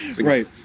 right